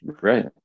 right